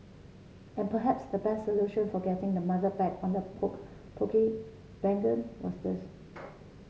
and perhaps the best solution for getting the mother back on the Poke was this